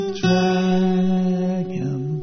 dragon